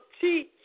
teach